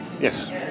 Yes